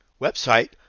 website